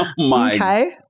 Okay